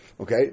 Okay